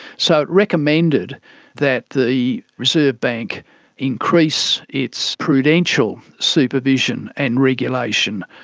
so it recommended that the reserve bank increase its prudential supervision and regulation.